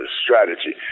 strategy